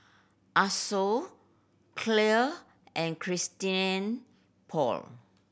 Asos Clear and Christian Paul